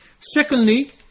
Secondly